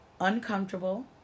uncomfortable